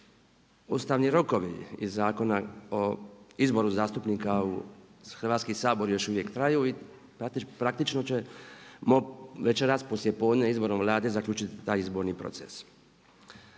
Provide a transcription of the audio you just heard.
ustavni rokovi iz Zakona o izboru zastupnika u Hrvatski sabor još uvijek traju i praktično ćemo večeras poslijepodne izborom Vlade zaključiti taj izborni proces.